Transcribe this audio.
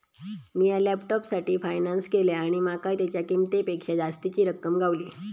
मिया लॅपटॉपसाठी फायनांस केलंय आणि माका तेच्या किंमतेपेक्षा जास्तीची रक्कम गावली